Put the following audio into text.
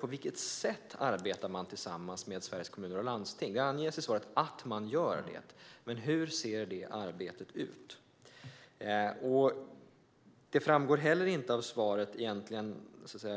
På vilket sätt arbetar man tillsammans med Sveriges Kommuner och Landsting? Det anges i svaret att man gör det, men hur ser arbetet ut? Kärnan i frågeställningen besvaras egentligen inte